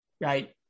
right